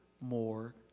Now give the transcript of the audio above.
more